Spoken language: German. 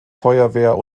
feuerwehr